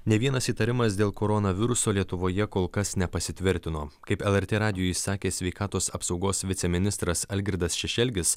nė vienas įtarimas dėl koronaviruso lietuvoje kol kas nepasitvirtino kaip lrt radijui sakė sveikatos apsaugos viceministras algirdas šešelgis